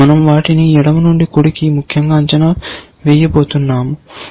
మనం వాటిని ఎడమ నుండి కుడికి ముఖ్యంగా అంచనా వేయబోతున్నాం